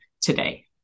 today